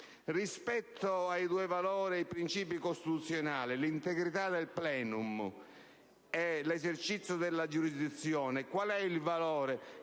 Rispetto ai due principi costituzionali, cioè l'integrità del *plenum* e l'esercizio della giurisdizione, qual è il valore